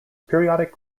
periodic